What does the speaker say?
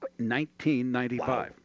1995